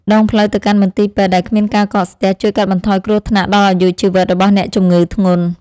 ដងផ្លូវទៅកាន់មន្ទីរពេទ្យដែលគ្មានការកកស្ទះជួយកាត់បន្ថយគ្រោះថ្នាក់ដល់អាយុជីវិតរបស់អ្នកជំងឺធ្ងន់។